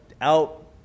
out